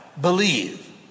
believe